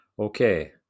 Okay